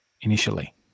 initially